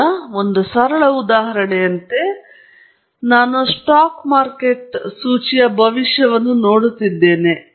ಆದ್ದರಿಂದ ಒಂದು ಸರಳ ಉದಾಹರಣೆಯಂತೆ ನಾನು ಸ್ಟಾಕ್ ಮಾರುಕಟ್ಟೆ ಸೂಚಿಯ ಭವಿಷ್ಯವನ್ನು ನೋಡುತ್ತಿದ್ದೇನೆ